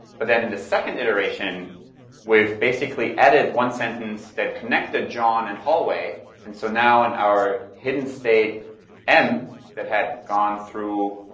but then in the second iteration with basically edit one sentence that connect the john and hallway. and so now in our hidden state m that had gone through